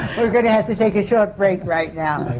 we're going to have to take a short break right now.